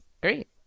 Great